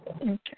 Okay